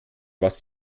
was